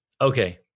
Okay